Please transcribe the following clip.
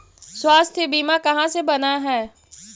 स्वास्थ्य बीमा कहा से बना है?